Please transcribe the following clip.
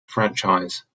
franchise